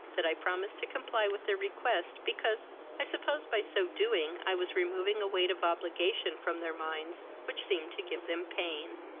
that i promised to comply with their request, because i supposed by so doing i was removing a weight of obligation from their minds which seemed to give them pain.